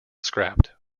scrapped